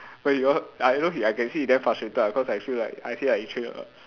where he lo~ I know he I can see he damn frustrated ah cause I feel I feel like he train a lot